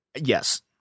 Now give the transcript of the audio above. Yes